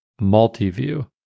Multiview